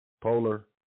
polar